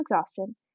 exhaustion